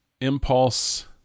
impulse